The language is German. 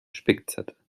spickzettel